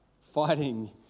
fighting